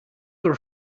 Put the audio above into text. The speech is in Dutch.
door